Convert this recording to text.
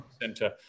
center